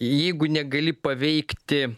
jeigu negali paveikti